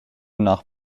nach